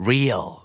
Real